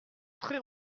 très